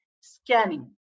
scanning